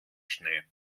schnee